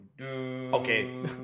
okay